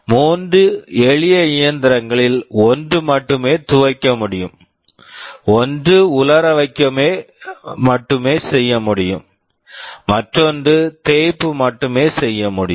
மூன்று எளிய இயந்திரங்களில் ஒன்று மட்டுமே துவைக்க முடியும் ஒன்று உலர வைக்க மட்டுமே செய்ய முடியும் மற்றொன்று தேய்ப்பு மட்டுமே செய்ய முடியும்